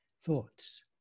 thoughts